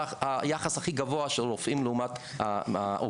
יחס הכי גבוה של רופאים לעומת העובדים,